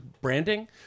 branding